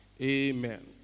Amen